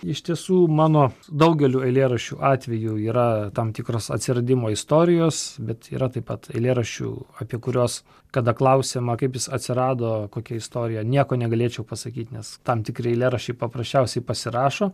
iš tiesų mano daugeliu eilėraščių atvejų yra tam tikros atsiradimo istorijos bet yra taip pat eilėraščių apie kuriuos kada klausiama kaip jis atsirado kokia istorija nieko negalėčiau pasakyt nes tam tikri eilėraščiai paprasčiausiai pasirašo